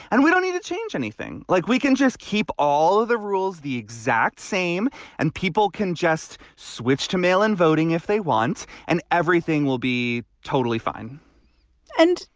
and we don't need to change anything. like we can just keep all of the rules the exact same and people can just switch to mail and voting if they want and everything will be totally fine and,